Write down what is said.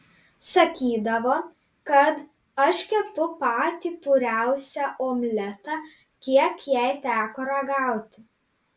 sakydavo kad aš kepu patį puriausią omletą kiek jai teko ragauti